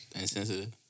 insensitive